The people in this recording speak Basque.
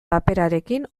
paperarekin